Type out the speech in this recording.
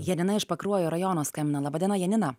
janina iš pakruojo rajono skambina laba diena janina